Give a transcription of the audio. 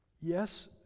Yes